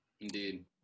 indeed